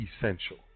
essential